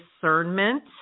discernment